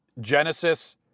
Genesis